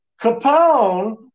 Capone